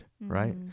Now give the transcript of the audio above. Right